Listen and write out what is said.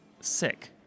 sick